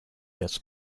this